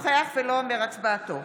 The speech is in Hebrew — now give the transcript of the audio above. נוכח ולא אומר הצבעתו